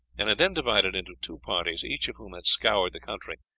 and had then divided into two parties, each of whom had scoured the country,